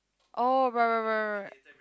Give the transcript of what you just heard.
oh right right right right right